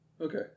Okay